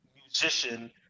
musician